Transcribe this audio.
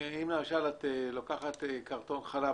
אם למשל את לוקחת קרטון חלב